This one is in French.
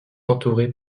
entourée